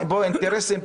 פה האינטרסים,